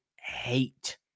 hate